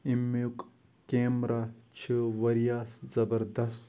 اَمیُک کیمرا چھِ واریاہ زبردَس